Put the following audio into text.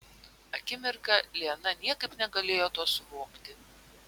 akimirką liana niekaip negalėjo to suvokti